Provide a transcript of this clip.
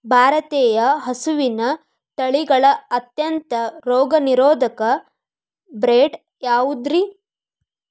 ಭಾರತೇಯ ಹಸುವಿನ ತಳಿಗಳ ಅತ್ಯಂತ ರೋಗನಿರೋಧಕ ಬ್ರೇಡ್ ಯಾವುದ್ರಿ?